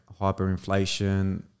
hyperinflation